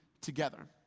together